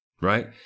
right